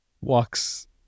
walks